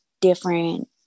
different